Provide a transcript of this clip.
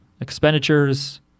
expenditures